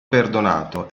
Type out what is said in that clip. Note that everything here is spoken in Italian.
perdonato